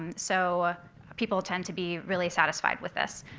um so people tend to be really satisfied with this.